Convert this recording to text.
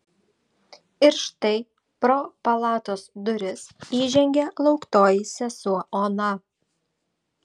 ir štai pro palatos duris įžengė lauktoji sesuo ona